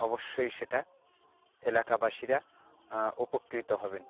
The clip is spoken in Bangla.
অবশ্যই সেটা এলাকাবাসীরা উপকৃত হবেন